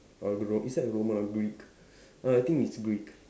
or gr~ is that a Roman or Greek err I think it's Greek